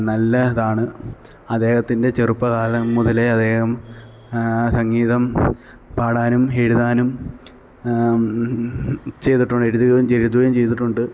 നല്ലതാണ് അദ്ദേഹത്തിന്റെ ചെറുപ്പകാലം മുതലേ അദ്ദേഹം സംഗീതം പാടാനും എഴുതാനും ചെയ്തിട്ടുണ്ട് എഴുതുകയും ചെയ്തിട്ടുണ്ട്